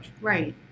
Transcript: Right